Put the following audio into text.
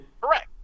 Correct